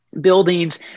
buildings